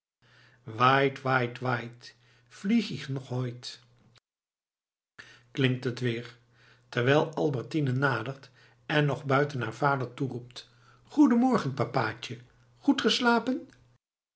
ich noch heut klinkt het weer terwijl albertine nadert en nog buiten haar vader toeroept goede morgen papaatje goed geslapen